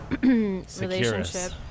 relationship